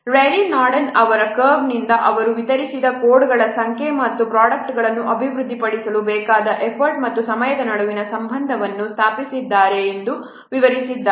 Rayleigh Norden ಅವರ ಕರ್ವ್ನಿಂದ ಅವರು ವಿತರಿಸಿದ ಕೋಡ್ಗಳ ಸಂಖ್ಯೆ ಮತ್ತು ಪ್ರೊಡಕ್ಟ್ಗಳನ್ನು ಅಭಿವೃದ್ಧಿಪಡಿಸಲು ಬೇಕಾದ ಎಫರ್ಟ್ ಮತ್ತು ಸಮಯದ ನಡುವಿನ ಸಂಬಂಧವನ್ನು ಸ್ಥಾಪಿಸಿದ್ದಾರೆ ಎಂದು ವಿವರಿಸಿದ್ದಾರೆ